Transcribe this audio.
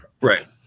right